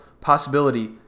possibility—